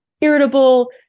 irritable